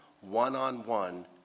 One-on-one